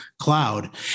cloud